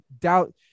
doubt